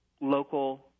local